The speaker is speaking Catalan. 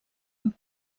amb